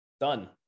Done